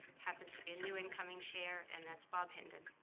happens to be a new incoming chair and that's bob hendon.